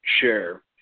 share